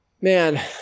Man